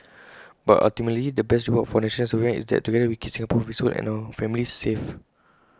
but ultimately the best reward for National Servicemen is that together we keep Singapore peaceful and our families safe